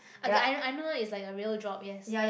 okay I I know it's like a real job yes